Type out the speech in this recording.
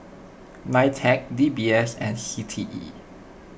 Nitec D B S and C T E